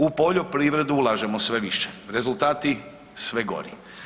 U poljoprivredu ulažemo sve više, rezultati sve gori.